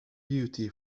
beauty